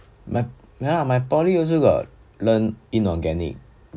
ya lah my poly also got learn inorganic